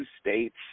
states